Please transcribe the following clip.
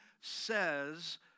says